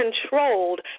controlled